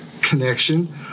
connection